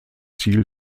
ziel